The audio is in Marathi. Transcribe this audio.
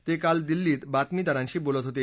ते काल दिल्लीत बातमीदारांशी बोलत होते